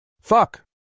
Fuck